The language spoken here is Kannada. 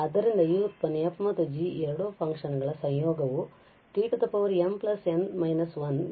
ಆದ್ದರಿಂದ ಈ ಉತ್ಪನ್ನ f ಮತ್ತು g ಈ ಎರಡು ಫಂಕ್ಷನ್ ಗಳ ಸಂಯೋಗವು t mn−1 Βm n